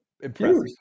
impressive